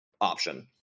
option